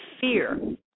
fear